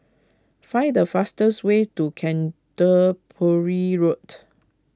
find the fastest way to Canterbury Road